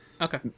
Okay